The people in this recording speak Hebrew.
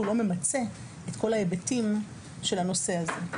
לא ממצה את כל ההיבטים של הנושא הזה,